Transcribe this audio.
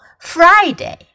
Friday